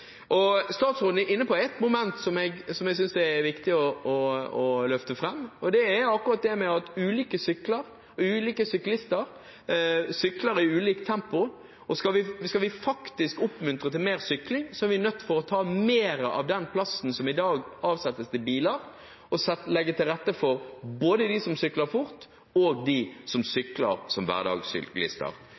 Statsråden er inne på ett moment som jeg synes det er viktig å løfte fram, og det er akkurat det at syklistene sykler i ulikt tempo, og skal vi oppmuntre til mer sykling, er vi nødt til å ta mer av den plassen som i dag avsettes til biler, og legge til rette for både dem som sykler fort, og dem som er hverdagssyklister. SV vil støtte mindretallsforslaget som